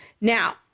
Now